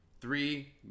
Three